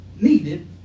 needed